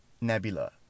Nebula